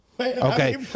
Okay